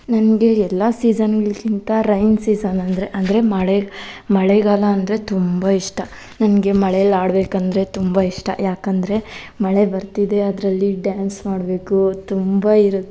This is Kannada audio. ನನಗೆ ಎಲ್ಲ ಸೀಸನ್ಗಳಿಗಿಂತ ರೈನ್ ಸೀಸನ್ ಅಂದರೆ ಅಂದರೆ ಮಳೆ ಮಳೆಗಾಲ ಅಂದರೆ ತುಂಬ ಇಷ್ಟ ನಂಗೆ ಮಳೆಯಲ್ಲಿ ಆಡ್ಬೇಕೆಂದ್ರೆ ತುಂಬ ಇಷ್ಟ ಏಕೆಂದ್ರೆ ಮಳೆ ಬರ್ತಿದೆ ಅದರಲ್ಲಿ ಡಾನ್ಸ್ ಮಾಡಬೇಕು ತುಂಬ ಇರು